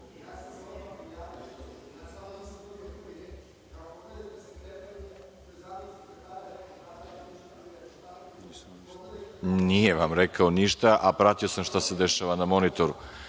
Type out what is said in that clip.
reč.)Nije vam rekao ništa, a pratio sam šta se dešava na monitoru. Onog